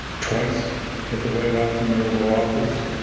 twice at the white house in the oval office,